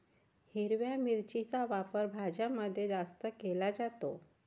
हिरव्या मिरचीचा वापर भाज्यांमध्ये जास्त केला जातो